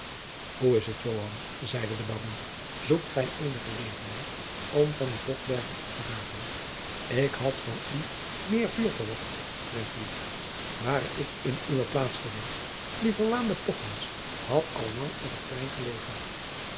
hoe is t joan zeide de baron zoekt gij eene gelegenheid om van dien botbergen af te raken ik had van u meer vuur verwacht vrindlief ware ik in uwe plaats geweest die verwaande pochhans had al lang op t plein gelegen